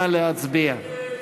נא להצביע.